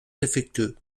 défectueux